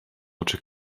oczy